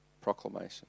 proclamation